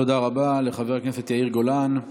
תודה רבה לחבר הכנסת יאיר גולן.